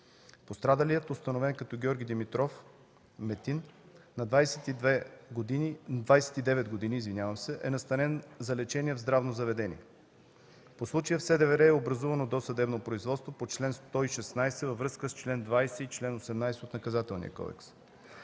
Пострадалият, установен като Георги Димитров-Метин, на 29 години, е настанен за лечение в здравно заведение. По случая в СДВР е образувано досъдебно производство по чл. 116, във връзка с чл. 20 и чл. 18 от Наказателния кодекс.